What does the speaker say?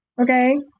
Okay